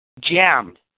jammed